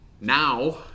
now